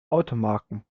automarken